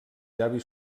llavi